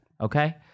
Okay